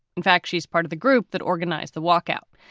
in fact, she's part of the group that organized the walkout.